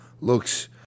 looks